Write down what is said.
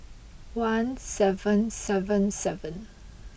one seven seven seven